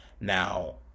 Now